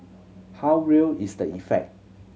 how real is the effect